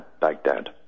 Baghdad